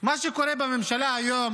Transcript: מה שקורה בממשלה היום הוא